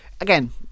again